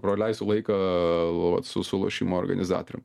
praleisiu laiką vat su su lošimų organizatorium